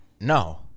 No